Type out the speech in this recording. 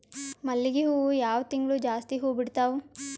ಮಲ್ಲಿಗಿ ಹೂವು ಯಾವ ತಿಂಗಳು ಜಾಸ್ತಿ ಹೂವು ಬಿಡ್ತಾವು?